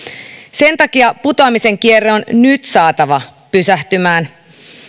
sen takia putoamisen kierre on nyt saatava pysähtymään